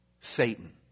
Satan